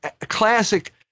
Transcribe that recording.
classic